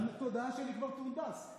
התודעה שלי כבר תהונדס.